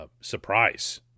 surprise